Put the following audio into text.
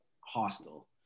hostile